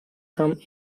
term